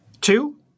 Two